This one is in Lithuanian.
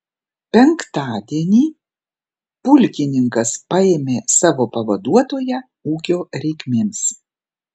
penktadienį pulkininkas paėmė savo pavaduotoją ūkio reikmėms